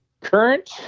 current